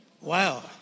Wow